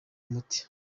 umuti